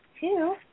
two